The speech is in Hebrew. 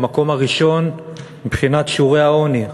במקום הראשון מבחינת שיעורי העוני.